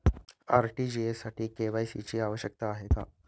RTGS साठी KYC ची आवश्यकता आहे का?